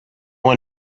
one